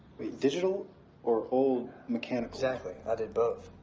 wait, digital or old mechanical? exactly. i did both.